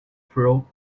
through